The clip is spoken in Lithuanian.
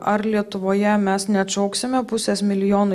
ar lietuvoje mes neatšauksime pusės milijono